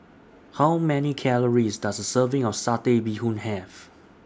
How Many Calories Does A Serving of Satay Bee Hoon Have